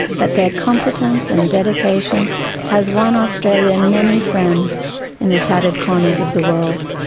but their competence and dedication has won australia many friends in the tattered corners of the world.